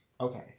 okay